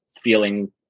feeling